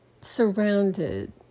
surrounded